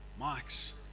mics